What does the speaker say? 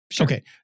Okay